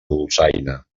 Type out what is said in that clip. dolçaina